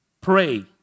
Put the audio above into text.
pray